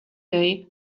day